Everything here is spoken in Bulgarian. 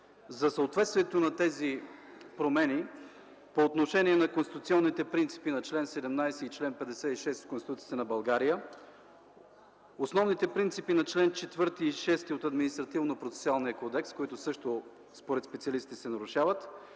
за съответствието на тези промени по отношение на конституционните принципи на чл. 17 и чл. 56 от Конституцията на Република България, основните принципи на чл. 4 и чл. 6 от Административнопроцесуалния кодекс, които според специалистите също се нарушават,